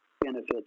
benefits